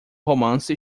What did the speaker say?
romance